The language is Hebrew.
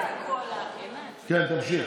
כן, תמשיך.